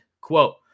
quote